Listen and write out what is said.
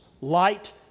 Light